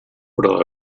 però